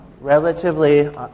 relatively